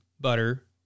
Butter